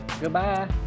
Goodbye